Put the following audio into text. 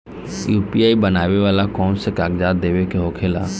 UPI बनावेला कौनो कागजात देवे के होखेला का?